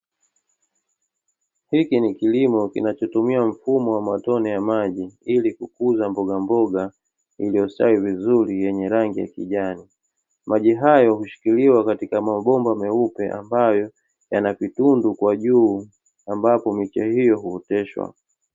Hiki ni kilimo kinachotumia mfumo wa matone ya maji ili kukuza mbogamboga iliyostawi vizuri yenye rangi ya kijani, maji hayo hushikiliwa katika mabomba meupe ambayo yanavitundu kwa juu ambapo miche hiyo huoteshwa.